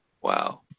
wow